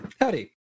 Howdy